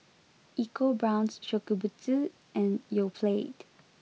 ecoBrown's Shokubutsu and Yoplait